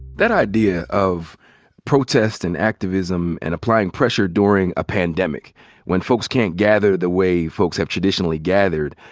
that idea of protest and activism and applying pressure during a pandemic when folks can't gather the way folks have traditionally gathered,